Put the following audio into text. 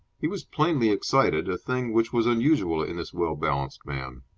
he was plainly excited, a thing which was unusual in this well-balanced man.